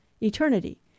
eternity